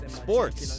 sports